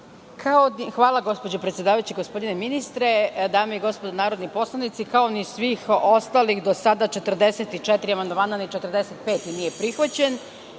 Hvala gospođo predsedavajuća, gospodine ministre, dame i gospodo narodni poslanici, kao ni svih ostalih do sada 44 amandmana, ni 45. nije prihvaćen,